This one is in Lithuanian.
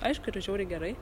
aišku yra žiauriai gerai